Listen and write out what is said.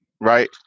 right